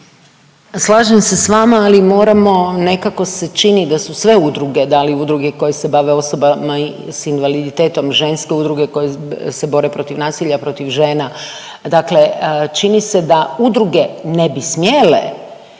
Slažem se s vama, ali moramo, nekako se čini da su sve udruge, da li udruge koje se bave osobama s invaliditetom, ženske udruge koje se bore protiv nasilja protiv žena, dakle čini se da udruge ne bi smjele